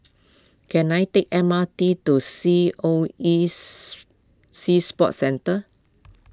can I take the M R T to C O E Sea Sports Centre